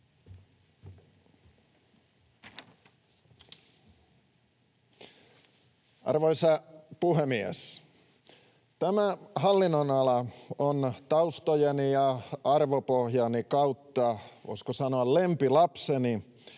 Arvoisa puhemies! Tämä hallinnonala on taustojeni ja arvopohjani kautta, voisiko sanoa, lempilapseni,